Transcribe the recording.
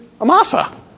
Amasa